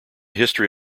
history